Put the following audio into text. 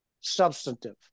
substantive